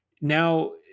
now